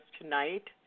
tonight